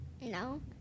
No